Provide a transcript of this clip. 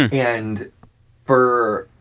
yeah and for,